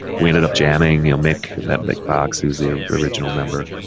we ended up jamming, you know, mick, met mick box who's the ah original member.